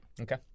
Okay